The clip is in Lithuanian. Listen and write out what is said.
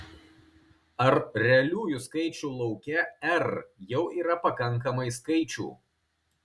ar realiųjų skaičių lauke r jau yra pakankamai skaičių